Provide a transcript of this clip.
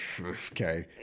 okay